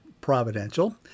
providential